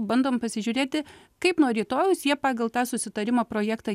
bandom pasižiūrėti kaip nuo rytojaus jie pagal tą susitarimo projektą